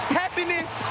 happiness